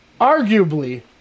arguably